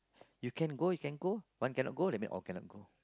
you can go you can go one cannot go that mean all cannot go